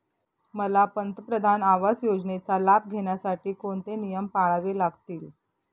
मला पंतप्रधान आवास योजनेचा लाभ घेण्यासाठी कोणते नियम पाळावे लागतील?